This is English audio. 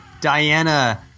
Diana